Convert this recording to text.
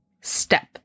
Step